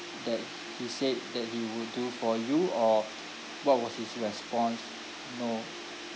that he said that he would do for you or what was his response no